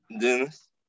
Dennis